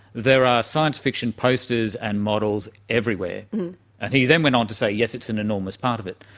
there are science fiction posters and models everywhere. and he then went on to say, yes, it's an enormous part of it.